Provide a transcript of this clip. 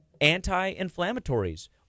anti-inflammatories